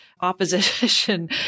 opposition